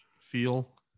feel